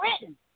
written